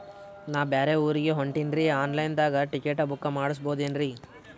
ನಾ ಬ್ಯಾರೆ ಊರಿಗೆ ಹೊಂಟಿನ್ರಿ ಆನ್ ಲೈನ್ ದಾಗ ಟಿಕೆಟ ಬುಕ್ಕ ಮಾಡಸ್ಬೋದೇನ್ರಿ?